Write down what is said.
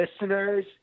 listeners